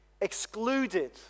excluded